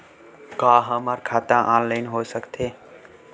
का हमर खाता ऑनलाइन हो सकथे?